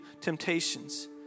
temptations